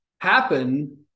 happen